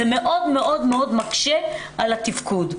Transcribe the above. זה מאוד מאוד מקשה על התפקוד.